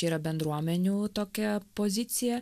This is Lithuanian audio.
yra bendruomenių tokia pozicija